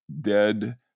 dead